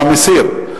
אתה מסיר?